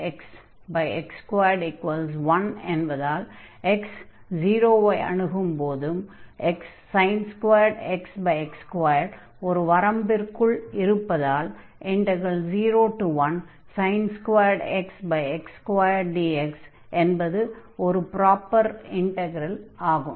sin2xx2 1 என்பதால் x 0 ஐ அணுகும் போதும் x x2 ஒரு வரம்பிற்குள் இருப்பதால் 01x x2dx என்பது ஒரு ப்ராப்பர் இன்டக்ரல் ஆகும்